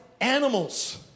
animals